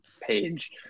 page